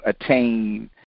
attain